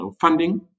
funding